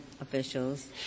officials